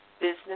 business